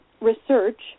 research